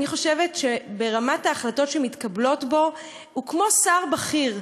אני חושבת שברמת ההחלטות שמתקבלות בו הוא כמו של שר בכיר,